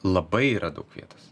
labai yra daug vietos